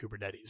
Kubernetes